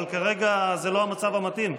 אבל כרגע זה לא המצב המתאים,